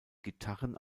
gitarren